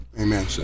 Amen